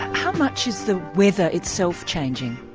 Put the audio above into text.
how much is the weather itself changing?